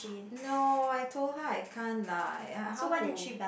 no I told her I can't lah ya how to